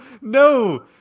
no